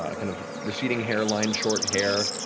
ah kind of receding hairline, short hair,